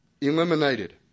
eliminated